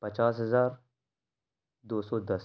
پچاس ہزار دو سو دس